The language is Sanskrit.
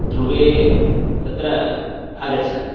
ध्रुवे तत्र अगच्छत्